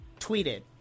tweeted